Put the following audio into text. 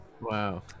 wow